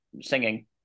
singing